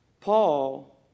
Paul